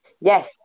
Yes